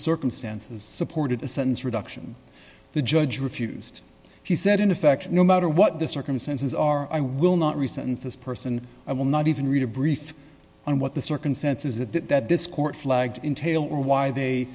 circumstances supported a sentence reduction the judge refused he said in effect no matter what the circumstances are i will not recent this person i will not even read a brief on what the circumstances that that that this court flagged entailed or why they